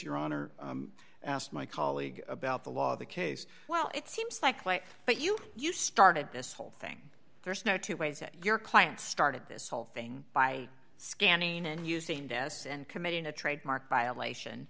honor my colleague about the law the case well it seems likely but you you started this whole thing there's no two ways that your client started this whole thing by scanning and using this and committing a trademark violation